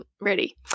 ready